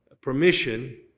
permission